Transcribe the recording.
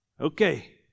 okay